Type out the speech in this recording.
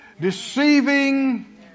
deceiving